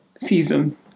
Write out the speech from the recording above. Season